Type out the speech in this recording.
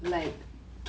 like